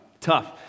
tough